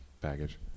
baggage